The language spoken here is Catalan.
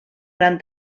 gran